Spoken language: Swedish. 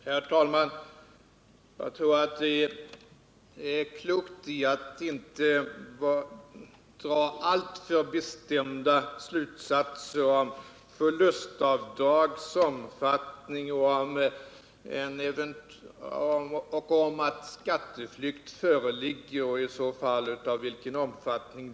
Herr talman! Jag tror att det är klokt att inte, enbart på grundval av pressuppgifter, spekulationer och olika kommentarer, dra alltför bestämda slutsatser om förlustavdragets omfattning.